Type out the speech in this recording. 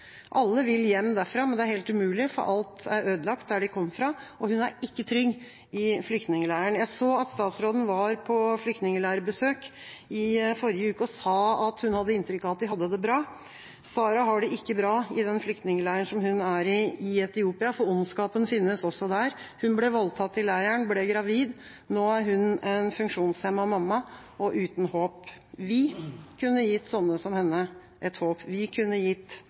Alle vil hjem derfra, men det er helt umulig, for alt er ødelagt der de kom fra. Hun er ikke trygg i flyktningleiren. Jeg så at statsråden var på flyktningleirbesøk i forrige uke og sa at hun hadde inntrykk av at de hadde det bra. Sara har det ikke bra i den flyktningleiren som hun er i, i Etiopia, for ondskapen finnes også der. Hun ble voldtatt i leiren, ble gravid. Nå er hun en funksjonshemmet mamma og uten håp. Vi kunne gitt sånne som henne et håp. Vi kunne gitt